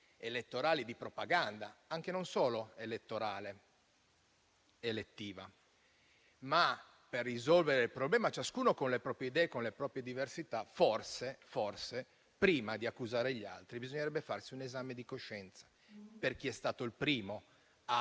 per fini di propaganda, anche non esclusivamente elettorale, ma per risolvere il problema, ciascuno con le proprie idee e con le proprie diversità, forse prima di accusare gli altri bisognerebbe farsi un esame di coscienza su chi è stato il primo a